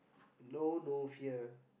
no no fear